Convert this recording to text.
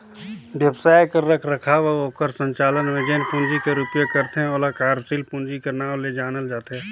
बेवसाय कर रखरखाव अउ ओकर संचालन में जेन पूंजी कर उपयोग करथे ओला कारसील पूंजी कर नांव ले जानल जाथे